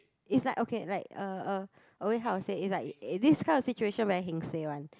is like okay like uh uh always how to say is like this type of situation very heng suay one